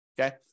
Okay